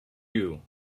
you